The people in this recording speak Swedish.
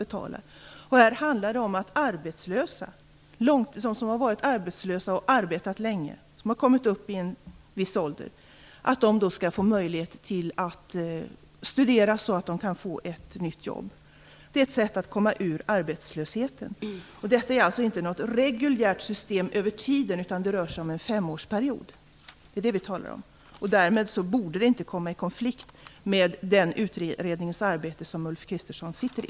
Detta handlar om att människor, som har varit arbetslösa och arbetat länge och kommit upp i en viss ålder, skall få möjlighet att studera så att de kan få ett nytt jobb. Det är ett sätt att komma ur arbetslösheten. Detta är alltså inte något reguljärt system över tiden, utan det rör sig om en femårsperiod. Det är det vi talar om. Därmed borde det inte komma i konflikt med det arbete som görs i den utredning som Ulf Kristersson sitter i.